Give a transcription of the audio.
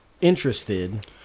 interested